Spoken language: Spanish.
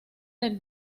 del